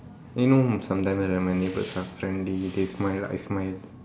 you know sometime when my neighbour suddenly they smile I smile